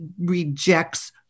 rejects